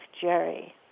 Jerry